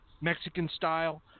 Mexican-style